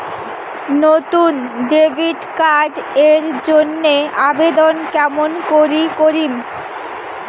নতুন debit card এর জন্যে আবেদন কেমন করি করিম?